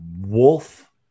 wolf